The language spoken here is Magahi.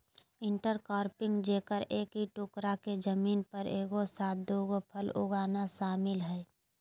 इंटरक्रॉपिंग जेकरा एक ही टुकडा के जमीन पर एगो साथ दु फसल उगाना शामिल हइ